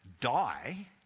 die